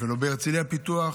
ולא בהרצליה פיתוח,